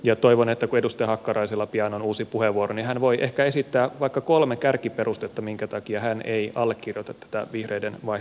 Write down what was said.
ja toivon että kun edustaja hakkaraisella pian on uusi puheenvuoro niin hän voi ehkä esittää vaikka kolme kärkiperustetta minkä takia hän ei allekirjoita tätä vihreiden vaihtoehtoista mallia